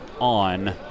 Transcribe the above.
on